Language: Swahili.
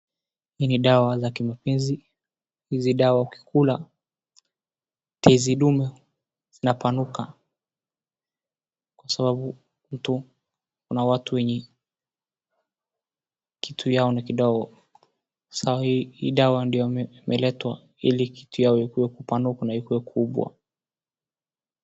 Hii ni dawa za kimapenzi, hizi dawa ukikula tezi dume inapanuka, kwa sababu kuna watu wenye kitu yao ni kidogo, hii dawa ndio imeletwa ili kitu yao ikuwe kupanuka na ikuwe kubwa.